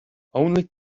only